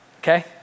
okay